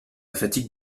fatigue